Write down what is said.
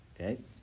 Okay